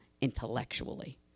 intellectually